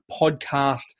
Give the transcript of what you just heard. podcast